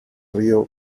río